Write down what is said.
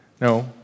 No